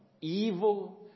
evil